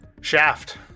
Shaft